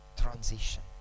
transition